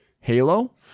Halo